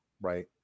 right